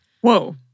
Whoa